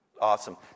Awesome